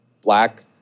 black